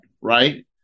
right